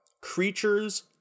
Creatures